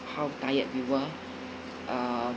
how tired we were uh